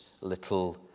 little